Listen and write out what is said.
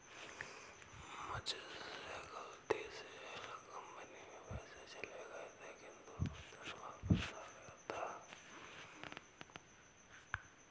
मुझसे गलती से अलग कंपनी में पैसे चले गए थे किन्तु वो धन वापिस आ गया था